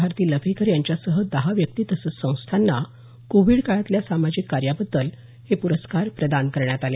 भारती लव्हेकर यांच्यासह दहा व्यक्ती तसंच संस्थांना कोविड काळातल्या सामाजिक कार्याबद्दल हे प्रस्कार प्रदान करण्यात आले